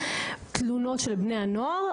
תלונות של בני נוער.